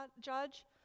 judge